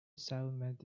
settlement